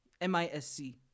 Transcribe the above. M-I-S-C